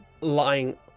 lying